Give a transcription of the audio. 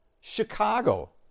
Chicago